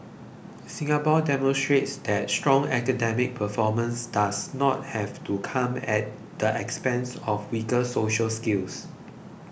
Singapore demonstrates that strong academic performance does not have to come at the expense of weaker social skills